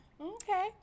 Okay